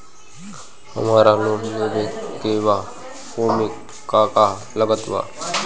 हमरा लोन लेवे के बा ओमे का का लागत बा?